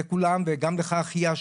לכולם וגם לך אחיה,